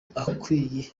akwiye